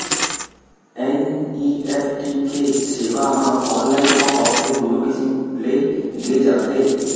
NEFT के सेवा ह ऑनलाइन अउ ऑफलाइन दूनो किसम ले दे जाथे